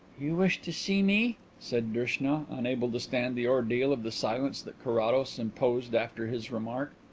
you wished to see me? said drishna, unable to stand the ordeal of the silence that carrados imposed after his remark.